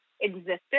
existed